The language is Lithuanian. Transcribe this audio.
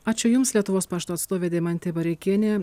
ačiū jums lietuvos pašto atstovė deimantė bareikienė